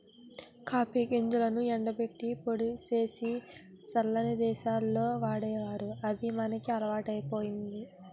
copy గింజలను ఎండబెట్టి పొడి సేసి సల్లని దేశాల్లో వాడేవారు అది మనకి అలవాటయ్యింది